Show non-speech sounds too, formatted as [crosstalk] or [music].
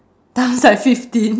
I was like [laughs] fifteen